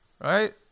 right